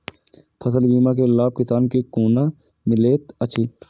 फसल बीमा के लाभ किसान के कोना मिलेत अछि?